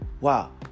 wow